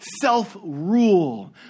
self-rule